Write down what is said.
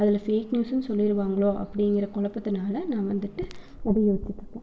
அதில் ஃபேக் நியூஸ்ஸுனு சொல்லிடுவாங்களோ அப்படிங்கிற குழப்பத்துனால நா வந்துட்டு அதை யோசிச்சிகிட்ருக்கேன்